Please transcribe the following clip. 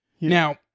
Now